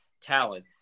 talent